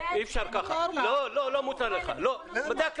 שלא תפריע.